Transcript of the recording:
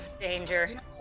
danger